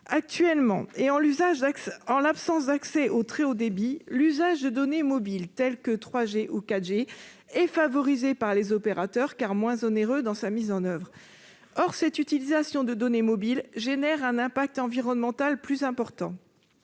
Actuellement, en l'absence d'accès au très haut débit, l'usage de données mobiles telles que celles des réseaux 3G et 4G est favorisé par les opérateurs, car moins onéreux dans sa mise en oeuvre. Or cette utilisation de données mobiles a un impact environnemental plus important.